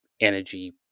energy